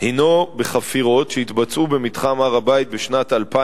הינו בחפירות שהתבצעו במתחם הר-הבית בשנת 2000